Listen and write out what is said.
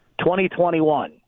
2021